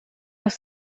auf